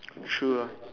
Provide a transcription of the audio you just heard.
true ah